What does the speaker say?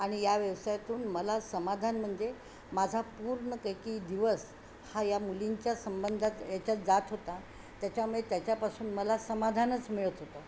आणि या व्यवसायातून मला समाधान म्हणजे माझा पूर्णपैकी दिवस हा या मुलींच्या संबंधात याच्यात जात होता त्याच्यामुळे त्याच्यापासून मला समाधानच मिळत होतं